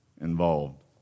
involved